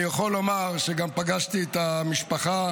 אני יכול לומר שגם פגשתי את המשפחה,